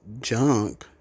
junk